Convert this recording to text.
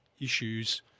issues